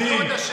דברים עובדים.